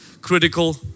critical